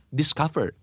discover